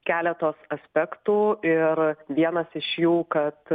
keletos aspektų ir vienas iš jų kad